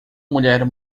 mulher